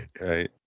right